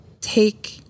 take